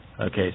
okay